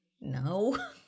no